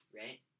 right